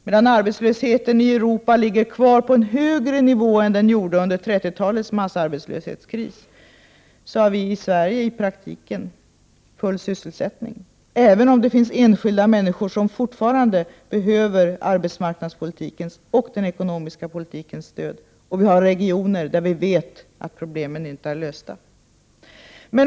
Medan arbetslösheten i Europa ligger kvar på en högre nivå än den gjorde under 30-talets massarbetskris, har vi i Sverige i praktiken full sysselsättning — även om det finns enskilda människor som fortfarande behöver arbetsmarknadspolitikens och den ekonomiska politikens stöd och även om vi har regioner där vi vet att problemen inte är lösta.